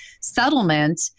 settlement